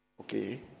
Okay